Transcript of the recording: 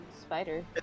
spider